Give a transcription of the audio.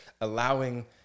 allowing